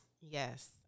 Yes